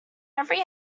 every